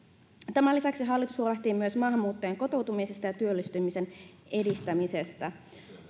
tämän lisäksi hallitus huolehtii myös maahanmuuttajien kotoutumisesta ja työllistymisen edistämisestä